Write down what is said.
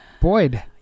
Boyd